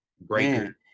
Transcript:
breaker